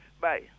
Bye